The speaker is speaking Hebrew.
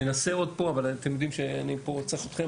ננסה עוד פה אבל אתם יודעים שאני פה צריך אתכם,